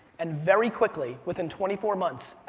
and very quickly, within twenty four months,